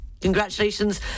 Congratulations